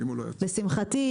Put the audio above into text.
לשמחתי,